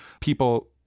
People